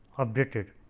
updated.